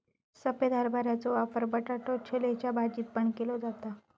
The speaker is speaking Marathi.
सफेद हरभऱ्याचो वापर बटाटो छोलेच्या भाजीत पण केलो जाता